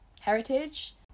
heritage